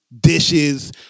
dishes